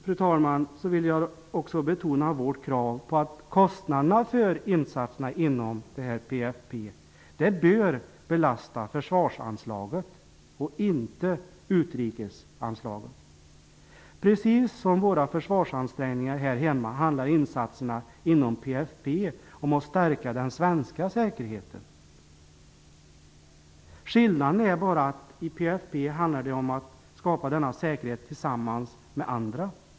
Slutligen vill jag betona vårt krav på att kostnaderna för insatserna inom PFF bör belasta försvarsanslaget och inte utrikesanslaget. Precis som våra försvarsansträngningar här hemma handlar insatserna inom PFF om att stärka den svenska säkerheten. Skillnaden är bara att i PFF handlar det om att skapa denna säkerhet tillsammans med andra.